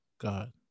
god